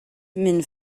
min